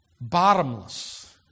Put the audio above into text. bottomless